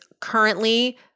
currently